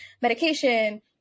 medication